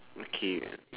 okay